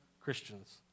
Christians